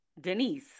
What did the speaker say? Denise